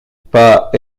pas